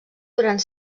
durant